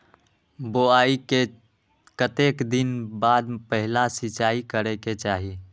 बोआई के कतेक दिन बाद पहिला सिंचाई करे के चाही?